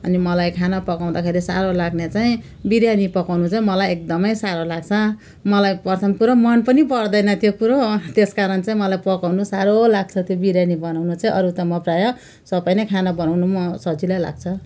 अनि मलाई खाना पकाउँदाखेरि साह्रो लाग्ने चाहिँ बिरयानी पकाउनु चाहिँ मलाई एकदमै साह्रो लाग्छ मलाई प्रथम कुरो मन पनि पर्दैन त्यो कुरो त्यस कारण चाहिँ मलाई पकाउनु साह्रो लाग्छ त्यो बिरयानी बनाउनु चाहिँ अरू त म प्रायः सबै नै खाना बनाउनुमा सजिलै लाग्छ